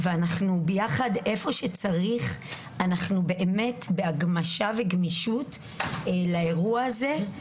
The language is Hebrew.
והיכן שצריך אנחנו ביחד באמת בהגמשה וגמישות לאירוע הזה.